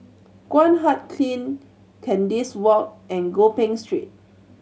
Guan Huat Kiln Kandis Walk and Gopeng Street